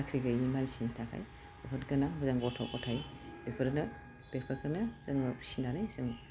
साख्रि गैयै मानसिनि थाखाय बुहुत गोनां जों गथ' ग'थाइ बेफोरनो बेफोरखौनो जोङो फिसिनानै जों